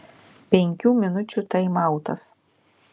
penkių minučių taimautas